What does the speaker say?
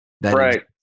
right